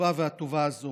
החשובה והטובה הזאת.